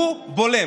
הוא בולם.